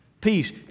peace